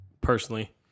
personally